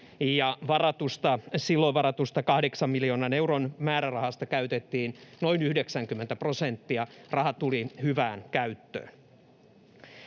silloin varatusta 8 miljoonan euron määrärahasta käytettiin noin 90 prosenttia. Raha tuli hyvään käyttöön.